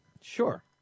Sure